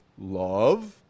love